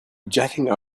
jetting